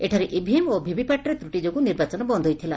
ଏଠାରେ ଇଭିଏମ୍ ଓ ଭିଭିପାଟ୍ରେ ତ୍ରଟି ଯୋଗୁଁ ନିର୍ବାଚନ ବନ୍ଦ୍ ହୋଇଥିଲା